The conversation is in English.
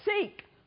seek